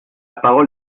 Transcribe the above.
parole